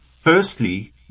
firstly